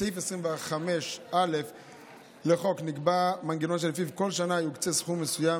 בסעיף 25א לחוק נקבע מנגנון שלפיו בכל שנה יוקצה סכום מסוים